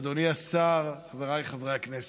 אדוני השר, חבריי חברי הכנסת,